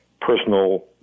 personal